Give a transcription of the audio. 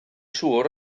siŵr